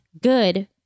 good